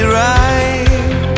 right